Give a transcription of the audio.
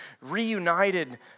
reunited